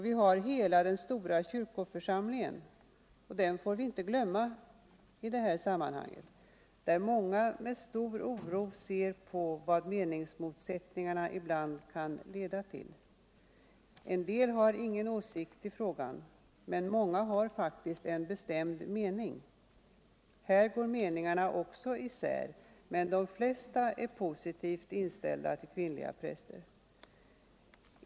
Vi har hela den stora kyrkoförsamlingen — den får vi inte glömma i dag — där många med stor oro ser på vad meningsmotsättningarna ibland kan leda till. En del har ingen åsikt i frågan, men många har faktiskt en bestämd mening. Här går meningarna alltså isär, men de flesta är positivt inställda till kvinnliga präster.